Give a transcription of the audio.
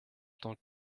tant